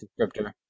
descriptor